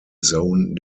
zone